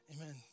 Amen